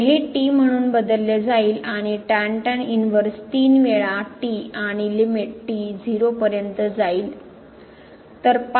तर हे म्हणून बदलले जाईल आणि इनव्हर्स तीन वेळा आणि लिमिट 0 पर्यंत जाईल